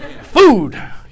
Food